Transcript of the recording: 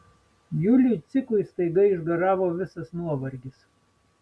juliui cikui staiga išgaravo visas nuovargis